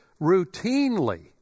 routinely